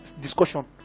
discussion